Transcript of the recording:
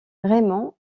raymond